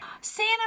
Santa